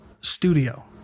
studio